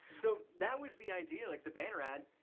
so that was the idea. like the banner ad,